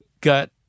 got